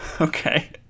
Okay